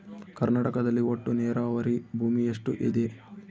ಕರ್ನಾಟಕದಲ್ಲಿ ಒಟ್ಟು ನೇರಾವರಿ ಭೂಮಿ ಎಷ್ಟು ಇದೆ?